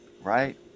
right